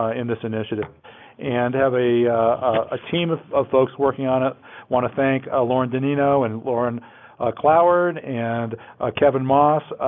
ah in this initiative and have a ah team of of folks working on it want to thank our ah lauren deninno and lauren cloward and kevin moss,